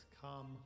come